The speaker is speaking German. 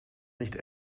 nicht